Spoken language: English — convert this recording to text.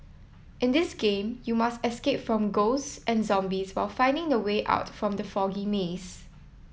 in this game you must escape from ghosts and zombies while finding the way out from the foggy maze